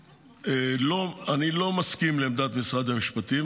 אני לא מסכים עם עמדת משרד המשפטים.